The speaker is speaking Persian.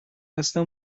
اصلا